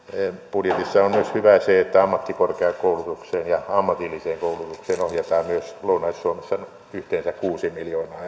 budjetissa on hyvää myös se että ammattikorkeakoulutukseen ja ammatilliseen koulutukseen ohjataan myös lounais suomessa yhteensä kuusi miljoonaa